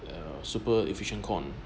a super efficient corn